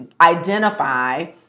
identify